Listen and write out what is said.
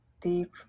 deep